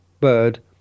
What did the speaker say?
bird